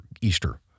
Easter